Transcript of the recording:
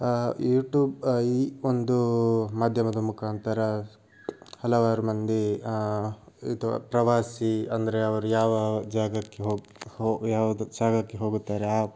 YouTube ಈ ಒಂದು ಮಾಧ್ಯಮದ ಮುಖಾಂತರ ಹಲವಾರು ಮಂದಿ ಇದು ಪ್ರವಾಸಿ ಅಂದರೆ ಅವರು ಯಾವ ಜಾಗಕ್ಕೆ ಹೋಗ್ ಯಾವುದು ಜಾಗಕ್ಕೆ ಹೋಗುತ್ತಾರೆ ಆ